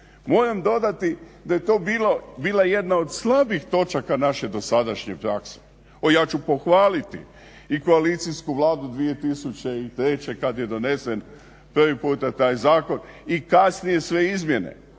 Moram dodati da je to bila jedna od slabih točaka naše dosadašnje prakse. O ja ću pohvaliti i koalicijsku Vladu 2003. kad je donesen prvi puta taj zakon i kasnije sve izmjene